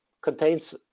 contains